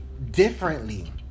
differently